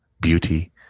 beauty